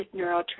neurotransmitters